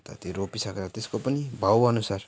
अन्त त्यो रोपिसकेर त्यसको पनि भाउ अनुसार